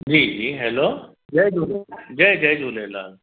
जी जी हैलो जय झूले जय जय झूलेलाल